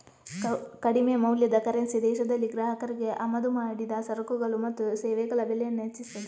ಕಡಿಮೆ ಮೌಲ್ಯದ ಕರೆನ್ಸಿ ದೇಶದಲ್ಲಿ ಗ್ರಾಹಕರಿಗೆ ಆಮದು ಮಾಡಿದ ಸರಕುಗಳು ಮತ್ತು ಸೇವೆಗಳ ಬೆಲೆಯನ್ನ ಹೆಚ್ಚಿಸ್ತದೆ